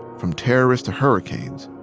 from terrorists to hurricanes,